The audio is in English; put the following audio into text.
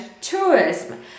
tourism